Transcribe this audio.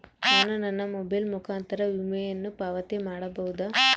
ನಾನು ನನ್ನ ಮೊಬೈಲ್ ಮುಖಾಂತರ ವಿಮೆಯನ್ನು ಪಾವತಿ ಮಾಡಬಹುದಾ?